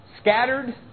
Scattered